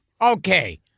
Okay